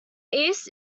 east